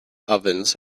ovens